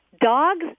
Dogs